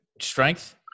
strength